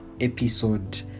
episode